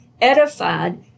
edified